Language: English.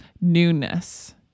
newness